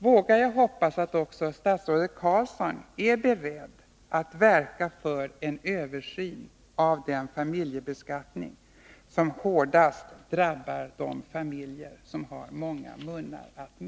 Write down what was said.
Vågar jag hoppas att också statsrådet Carlsson är beredd att verka för en översyn av den familjebeskattning som hårdast drabbar de familjer som har många munnar att mätta?